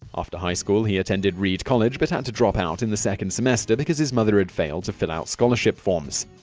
after high school he attended reed college, but had to drop out in the second semester because his mother had failed to fill out scholarship forms.